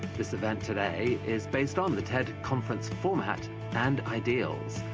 this event today is based on the ted conference for mat and i feels,